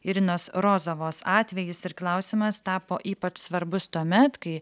irinos rozovos atvejis ir klausimas tapo ypač svarbus tuomet kai